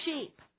sheep